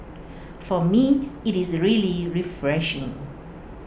for me IT is really refreshing